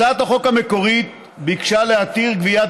הצעת החוק המקורית ביקשה להתיר גביית